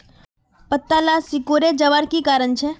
पत्ताला सिकुरे जवार की कारण छे?